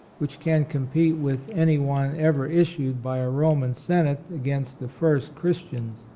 which can compete with any one ever issued by a ro man senate against the first chris tians,